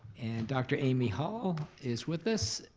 and dr. amy hall is with us,